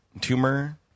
tumor